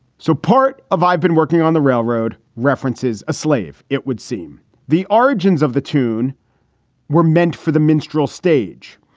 so part of i've been working on the railroad references a slave. it would seem the origins of the tune were meant for the minstrel stage.